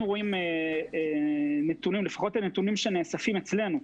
אנחנו רואים נתונים, לפחות הנתונים שנאספים אצלנו,